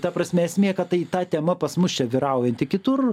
ta prasme esmė kad tai ta tema pas mus čia vyraujanti kitur